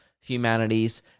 humanities